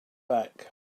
back